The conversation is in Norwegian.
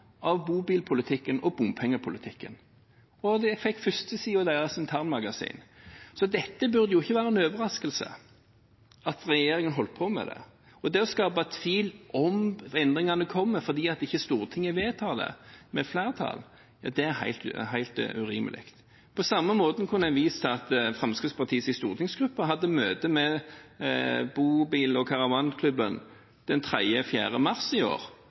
av bobilpolitikken og bompengepolitikken, og jeg fikk førstesiden i deres internmagasin, så det burde ikke være en overraskelse at regjeringen holdt på med det. Det å skape tvil om endringene kommer fordi Stortinget ikke vedtar det, med flertall, ja, det er helt urimelig. På samme måten kunne en vist til at Fremskrittspartiets stortingsgruppe hadde møte med bobil- og caravanklubben den 3.–4. mars i år